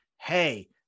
Hey